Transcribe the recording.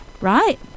right